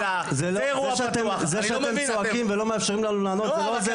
זה שאתם צועקים ולא מאפשרים לנו לענות זה לא עוזר לנו.